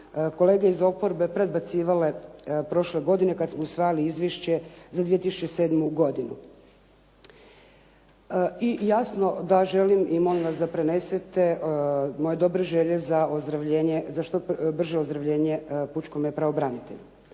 kolege iz oporbe predbacivale prošle godine kad smo usvajali izvješće za 2007. godinu. I jasno da želim i molim vas da prenesete moje dobre želje za što brže ozdravljenje pučkome pravobranitelju.